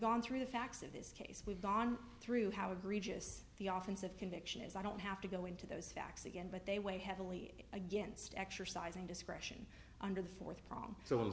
gone through the facts of this case we've gone through how egregious the office of conviction is i don't have to go into those facts again but they weigh heavily against exercising discretion under the fourth prong so